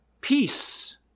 peace